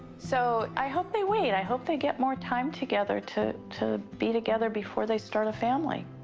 so i hope they wait. i hope they get more time together to to be together before they start a family.